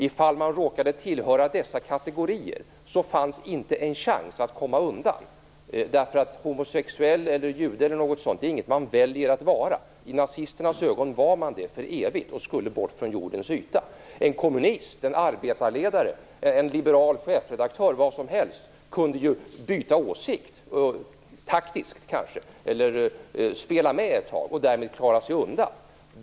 Om man råkade tillhöra dessa kategorier fanns det inte en chans att komma undan, därför att homosexuell eller jude är inte något man väljer att vara. I nazisternas ögon var man det för evigt och skulle bort från jordens yta. En kommunist, en arbetarledare, en liberal chefredaktör eller vem som helt kunde ju byta åsikt, kanske taktiskt, och spela med ett tag och därmed klara sig undan.